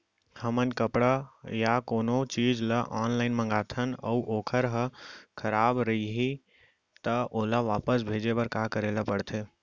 हमन कपड़ा या कोनो चीज ल ऑनलाइन मँगाथन अऊ वोकर ह खराब रहिये ता ओला वापस भेजे बर का करे ल पढ़थे?